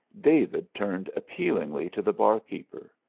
david turned appealingly to the barkeeper.